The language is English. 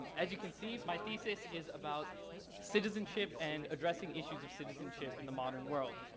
as you can see my thesis is about citizenship and addressing issues of citizenship in the modern world.